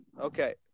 Okay